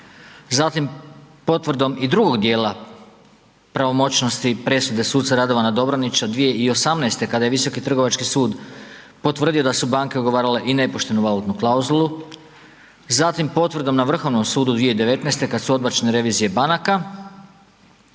zatim potvrdom i drugog dijela pravomoćnosti presude suca Radovana Dobronića 2018.-te, kada je Visoki trgovački sud potvrdio da su banke ugovarale i nepoštenu valutnu klauzulu, zatim potvrdom na Vrhovnom sudu 2019.-te kad su odbačene revizije banaka,